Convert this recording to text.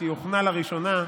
כשהיא הוכנה לראשונה,